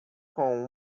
com